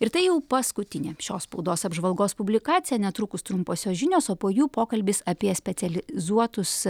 ir tai jau paskutinė šios spaudos apžvalgos publikacija netrukus trumposios žinios o po jų pokalbis apie specializuotus